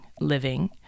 living